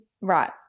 Right